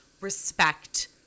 respect